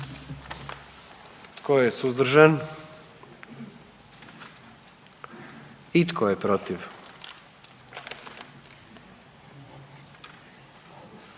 Tko je suzdržan? I tko je protiv?